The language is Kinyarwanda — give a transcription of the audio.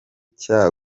cya